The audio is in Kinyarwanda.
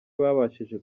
babashije